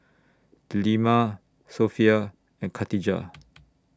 Delima Sofea and Khatijah